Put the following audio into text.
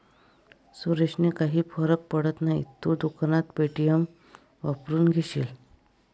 सुरेशने काही फरक पडत नाही, तू दुकानात पे.टी.एम वापरून घेशील